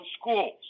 schools